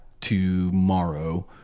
tomorrow